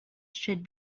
should